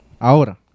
Ahora